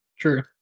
True